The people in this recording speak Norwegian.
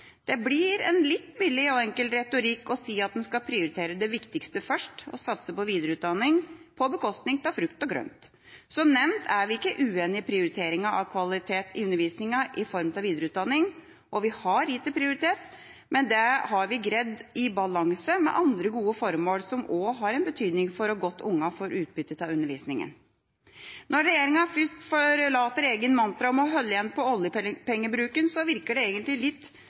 Det blir en litt billig og enkel retorikk å si at en skal prioritere det viktigste først og satse på videreutdanning på bekostning av frukt og grønt. Som nevnt er vi ikke uenige i prioriteringen av kvalitet i undervisningen i form av videreutdanning, og vi har gitt det prioritet, men det har vi greid i balanse med andre gode formål som også har betydning for hvor godt utbytte ungene får av undervisningen. Når regjeringa først forlater sitt eget mantra om å holde igjen på oljepengebruken, virker det egentlig litt